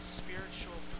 spiritual